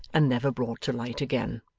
and never brought to light again.